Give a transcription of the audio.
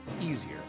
easier